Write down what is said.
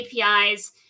apis